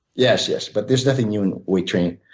yes, yes. but there's nothing new in weight training.